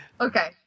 Okay